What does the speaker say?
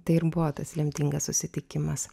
tai ir buvo tas lemtingas susitikimas